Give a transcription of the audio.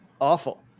awful